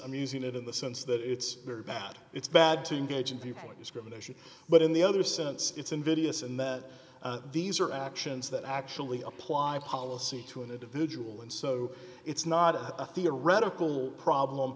i'm using it in the sense that it's very bad it's bad to engage in viewpoint discrimination but in the other sense it's invidious in that these are actions that actually apply policy to an individual and so it's not a theoretical problem